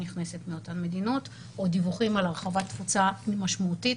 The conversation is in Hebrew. נכנסת מאותן מדינות או דיווחים על הרחבת תפוצה משמעותית